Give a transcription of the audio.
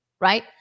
Right